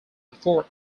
afford